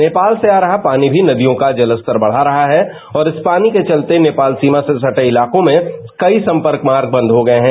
नेपाल से आ रहा पानी भी जलस्तर बढ़ा रहा है और इस पानी के चलते नेपाल से सटे इलाकों में कई सम्पर्क मार्ग बंद हो गए हैं